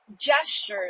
gestures